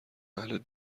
اهل